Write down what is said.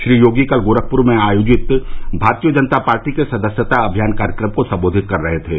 श्री योगी कल गोरखपूर में आयोजित भारतीय जनता पार्टी के सदस्यता अभियान कार्यक्रम को संबोधित कर रहे थे